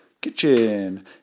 kitchen